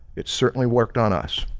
it certainly worked on us,